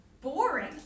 boring